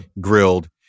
grilled